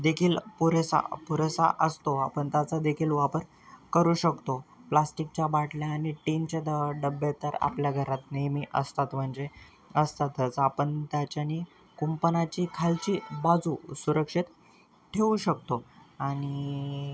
देखील पुरेसा पुरेसा असतो आपण त्याचा देखील वापर करू शकतो प्लास्टिकच्या बाटल्या आणि टीनच्या द डब्बे तर आपल्या घरात नेहमी असतात म्हणजे असतातच आपण त्याच्यानी कुंपणाची खालची बाजू सुरक्षित ठेवू शकतो आणि